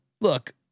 look